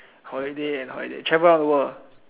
holiday and holiday travel around the world